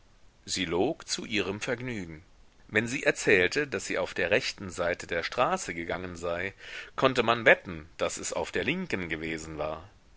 sie log zu ihrem vergnügen wenn sie erzählte daß sie auf der rechten seite der straße gegangen sei konnte man wetten daß es auf der linken gewesen war